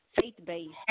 faith-based